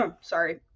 Sorry